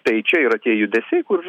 tai čia yra tie judesiai kur